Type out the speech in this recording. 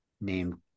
named